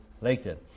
later